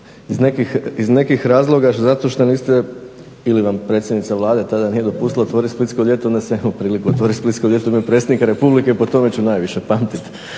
iz nekih razloga zato što niste ili vam predsjednica Vlade tada nije dopustila otvoriti Splitsko ljeto onda sam ja imao priliku otvoriti Splitsko ljeto umjesto Predsjednika Republike, po tome ću najviše pamtit